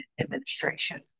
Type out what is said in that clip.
administration